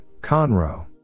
Conroe